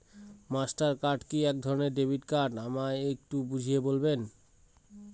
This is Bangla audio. মাস্টার কার্ড কি একধরণের ডেবিট কার্ড আমায় একটু বুঝিয়ে বলবেন?